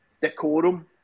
decorum